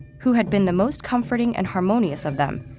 who had been the most comforting and harmonious of them,